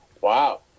Wow